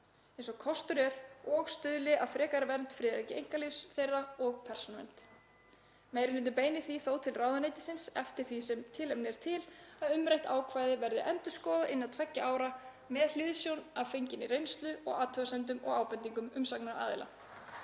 eins og kostur er og stuðli að frekari vernd friðhelgi einkalífs þeirra og persónuvernd. Meiri hlutinn beinir því þó til ráðuneytisins, eftir því sem tilefni er til, að umrætt ákvæði verði endurskoðað innan tveggja ára með hliðsjón af fenginni reynslu og athugasemdum og ábendingum umsagnaraðila.